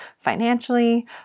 financially